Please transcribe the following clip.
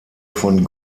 von